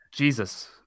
Jesus